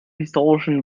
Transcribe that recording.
historischen